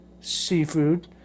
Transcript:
seafood